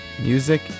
Music